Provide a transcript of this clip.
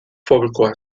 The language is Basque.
fobikoa